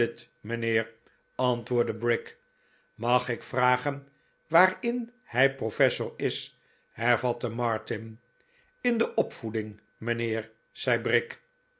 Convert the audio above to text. antwoordde brick mag ik vragen waarin hij professor is hervatte martin rt in de opvoeding mijnheer zei